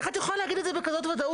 איך את יכולה להגיד את זה בוודאות כזאת?